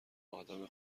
آدم